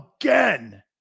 again